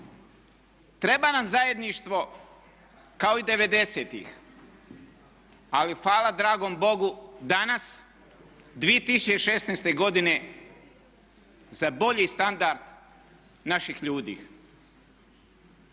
Treba nam zajedništvo kao i '90.-tih, ali hvala dragom Bogu danas 2016. godine za bolji standard naših ljudi.